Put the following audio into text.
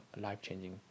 life-changing